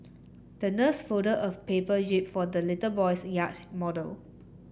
the nurse folded a paper jib for the little boy's yacht model